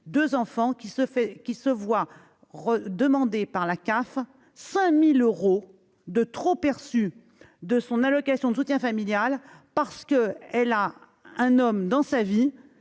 qui se fait, qui se voit demander par la CAF 5 euros de trop perçu de son allocation de soutien familial parce que elle a un homme dans sa vie